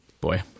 boy